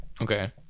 Okay